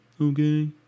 okay